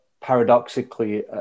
paradoxically